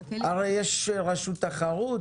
הרי יש רשות תחרות.